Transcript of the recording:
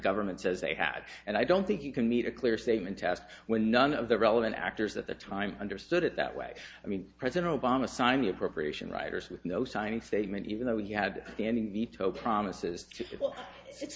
government says they had and i don't think you can meet a clear statement task when none of the relevant actors at the time understood it that way i mean president obama signed the appropriation writers with no signing statement even though he had standing veto promises